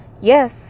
yes